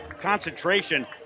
concentration